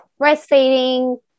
breastfeeding